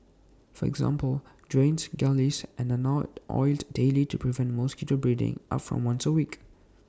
for example drains gullies and are now oiled daily to prevent mosquito breeding up from once A week